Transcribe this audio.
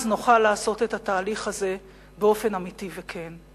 אז נוכל לעשות את התהליך הזה באופן אמיתי וכן.